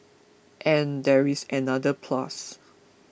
and there is another plus